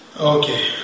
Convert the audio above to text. Okay